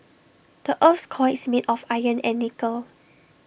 the Earth's core is made of iron and nickel